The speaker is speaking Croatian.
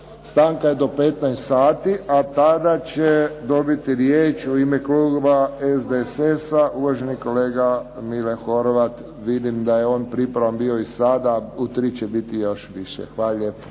Stanka je do 15 sati, a tada će dobiti riječ u ime kluba SDSS-a uvaženi kolega Mile Horvat. Vidim da je on pripravan bio i sada, u tri će biti još više. Hvala lijepo.